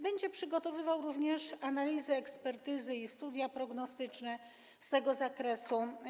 Będzie przygotowywał również analizy, ekspertyzy i studia prognostyczne z tego zakresu.